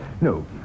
No